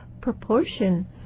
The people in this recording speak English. proportion